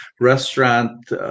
restaurant